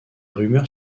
rumeurs